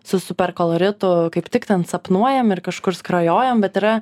su superkoloritu kaip tik ten sapnuojam ir kažkur skrajojam bet yra